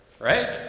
right